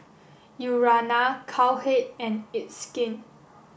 Urana Cowhead and it's skin